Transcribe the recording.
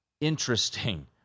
interesting